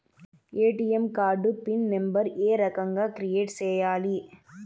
ATM card pin number ఏ రకంగా create సేయాలి